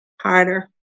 harder